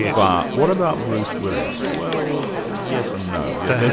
but what about bruce willis? well, yes and no. yeah